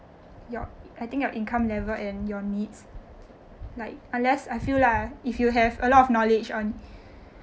your I think your income level and your needs like unless I feel like if you have a lot of knowledge on